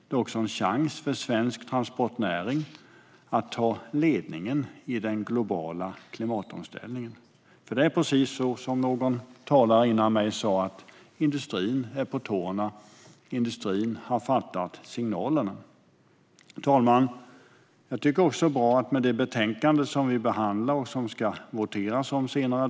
Det är också en chans för svensk transportnäring att ta ledningen i den globala klimatomställningen. För det är precis så, som någon talare före mig sa: att industrin är på tårna. Industrin har fattat signalerna. Fru talman! Jag tycker också att det är bra med något i det betänkande som vi behandlar och som det ska voteras om senare.